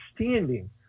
understanding